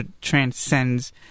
transcends